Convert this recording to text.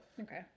Okay